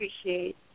appreciate